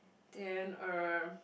then err